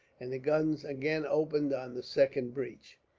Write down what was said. and the guns again opened on the second breach.